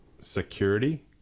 security